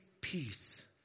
peace